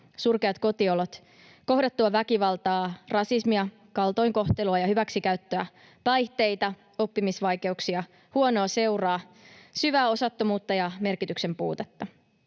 surkeat kotiolot, kohdattua väkivaltaa, rasismia, kaltoinkohtelua ja hyväksikäyttöä, päihteitä, oppimisvaikeuksia, huonoa seuraa, syvää osattomuutta ja merkityksen puutetta.